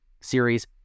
series